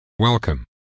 Welcome